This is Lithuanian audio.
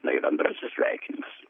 na ir antrasis sveikinimas